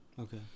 Okay